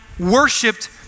worshipped